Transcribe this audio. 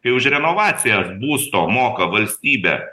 kai už renovacijas būsto moka valstybė